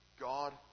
God